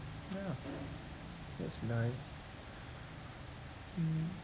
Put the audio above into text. ya that's nice mm